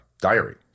diary